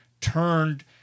turned